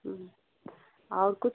और कुछ